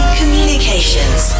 communications